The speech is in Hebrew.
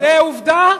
זאת עובדה?